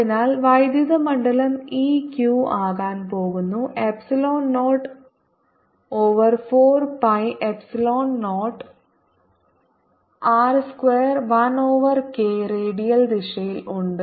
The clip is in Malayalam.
അതിനാൽ വൈദ്യുത മണ്ഡലം E Q ആകാൻ പോകുന്നു epsilon 0 over 4 pi epsilon 0 r square 1 over k radial ദിശയിൽ ഉണ്ട്